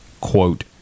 Quote